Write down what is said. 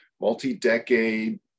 multi-decade